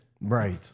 Right